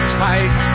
tight